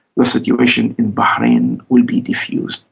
the situation in bahrain will be defused.